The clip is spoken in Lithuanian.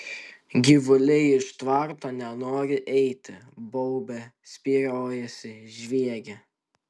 gyvuliai iš tvarto nenori eiti baubia spyriojasi žviegia